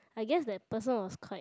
I guess that person was quite